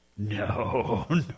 No